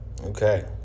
Okay